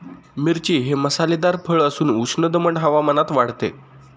मिरची हे मसालेदार फळ असून उष्ण दमट हवामानात वाढते